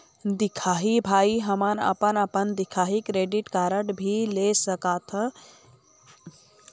दिखाही भाई हमन अपन अपन दिखाही क्रेडिट कारड भी ले सकाथे बैंक से तेकर सेंथी ओमन ला पैसा लेन देन मा आसानी होथे?